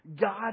God